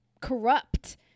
corrupt